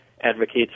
advocates